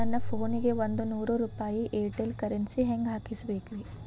ನನ್ನ ಫೋನಿಗೆ ಒಂದ್ ನೂರು ರೂಪಾಯಿ ಏರ್ಟೆಲ್ ಕರೆನ್ಸಿ ಹೆಂಗ್ ಹಾಕಿಸ್ಬೇಕ್ರಿ?